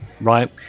right